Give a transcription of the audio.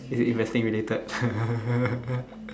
is it investing related